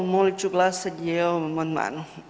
Molit ću glasanje i o ovom amandmanu.